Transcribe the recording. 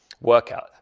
workout